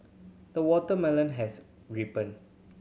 the watermelon has ripened